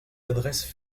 adresses